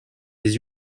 des